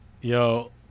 Yo